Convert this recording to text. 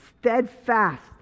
steadfast